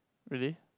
really